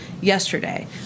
yesterday